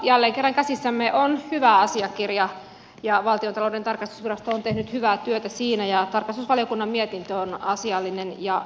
jälleen kerran käsissämme on hyvä asiakirja ja valtiontalouden tarkastusvirasto on tehnyt hyvää työtä siinä ja tarkastusvaliokunnan mietintö on asiallinen ja hyvä